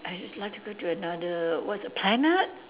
I just like to go to another what is the planet